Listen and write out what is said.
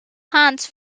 hunts